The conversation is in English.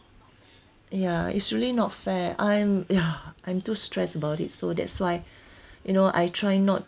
ya it's really not fair I'm ya I'm too stressed about it so that's why you know I try not